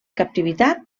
captivitat